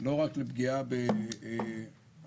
לא רק לפגיעה בצעירים,